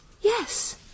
Yes